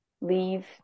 leave